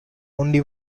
only